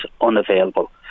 unavailable